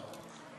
גבוהה.